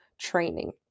training